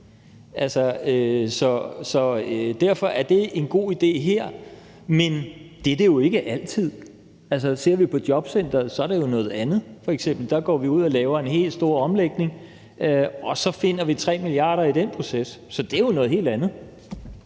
derfor er det en god idé her, men det er det jo ikke altid. Altså, ser vi f.eks. på jobcentrene, er det jo noget andet. Der går vi ud og laver en helt stor omlægning. Og så finder vi 3 mia. kr. i den proces. Så det er jo noget helt andet.